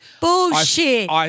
Bullshit